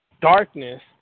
darkness